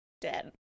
dead